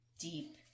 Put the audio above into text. deep